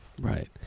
Right